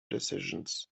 decisions